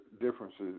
differences